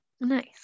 Nice